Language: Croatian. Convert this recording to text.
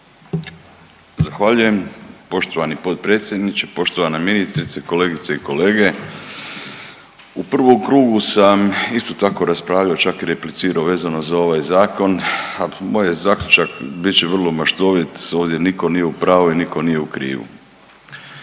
Zahvaljujem poštovani potpredsjedniče, poštovana ministrice, kolegice i kolege. U prvom krugu sam isto tako raspravljao, čak i replicirao vezano za ovaj Zakon, a moj je zaključak, bit će vrlo maštovit, ovdje nitko nije u pravu i nitko nije u krivu.